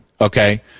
Okay